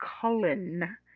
Cullen